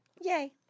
Yay